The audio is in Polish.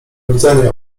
widzenia